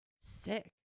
sick